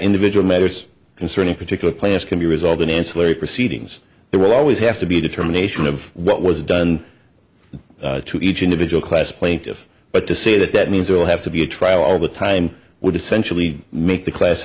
individual matters concerning particular class can be resolved in ancillary proceedings there will always have to be a determination of what was done to each individual class plaintiff but to say that that means they will have to be a trial all the time would essentially make the class